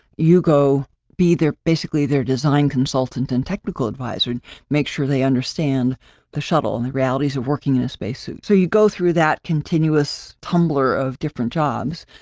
you go be their, basically, their design consultant and technical adviser and make sure they understand the shuttle and the realities of working in a spacesuit. so, you go through that continuous tumbler of different jobs.